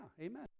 amen